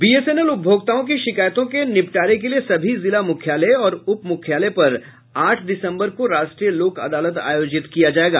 BSNL उपभोक्ताओं की शिकायतों के निबटारे के लिये सभी जिला मुख्यालय और उप मुख्यालय पर आठ दिसम्बर को राष्ट्रीय लोक अदालत आयोजित किया जायेगा